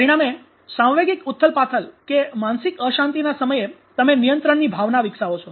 પરિણામે સાંવેગિક ઉથલપાથલમાનસિક અશાંતિના સમયે તમે નિયંત્રણની ભાવના વિકસાવો છો